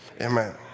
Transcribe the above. Amen